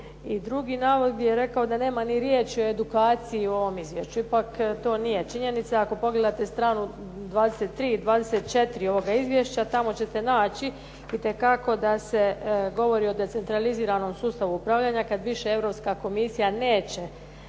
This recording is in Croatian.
drugi navod gdje je rekao da nema ni riječi o edukaciji u ovom izvješću, ipak to nije činjenica. Ako pogledate stranu 23 i 24 ovoga izvješća tamo ćete naći itekako da se govori o decentraliziranom sustavu upravljanja kad više Europska komisija neće